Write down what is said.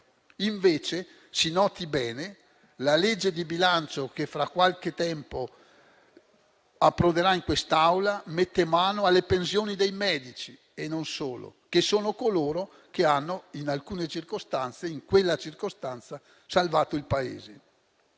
Invece - si noti bene - la legge di bilancio che fra qualche tempo approderà in quest'Aula mette mano alle pensioni dei medici (e non solo), che sono coloro che hanno, in alcune circostanze e in quella